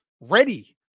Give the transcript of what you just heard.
ready